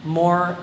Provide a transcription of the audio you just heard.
more